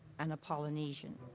and a polynesian.